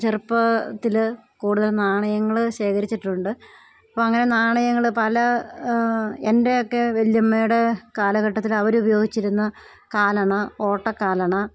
ചെറുപ്പത്തിൽ കൂടുതൽ നാണയങ്ങൾ ശേഖരിച്ചിട്ടുണ്ട് അപ്പം അങ്ങനെ നാണയങ്ങൾ പല എൻ്റെയൊക്കെ വലിയമ്മയുടെ കാലഘട്ടത്തിൽ അവർ ഉപയോഗിച്ചിരുന്ന കാലണ ഓട്ടക്കാലണ